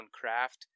craft